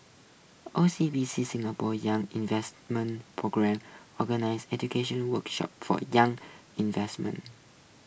O C B C Singapore's young investor programme organizes educational workshops for young invesment